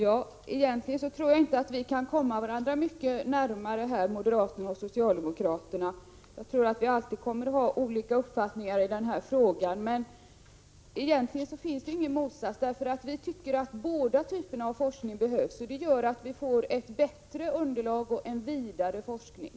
Herr talman! Jag tror inte att vi kan komma varandra mycket närmare, vi socialdemokrater och moderaterna, utan vi kommer alltid att ha olika uppfattningar i denna fråga. Men egentligen finns det ingen motsatsställning. Vi tycker att båda typerna av forskning behövs. Det gör att vi får ett bättre underlag och en vidare forskning.